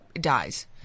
dies